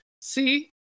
See